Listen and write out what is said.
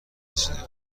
رسیده